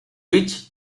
mitch